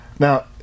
Now